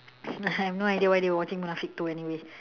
I have no idea why they were watching munafik two anyway